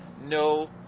no